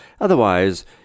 Otherwise